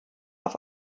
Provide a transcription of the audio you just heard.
auf